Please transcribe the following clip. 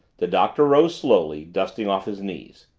the doctor rose slowly, dusting off his knees.